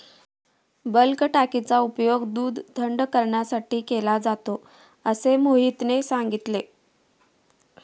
bulk टाकीचा उपयोग दूध थंड करण्यासाठी केला जातो असे मोहितने सांगितले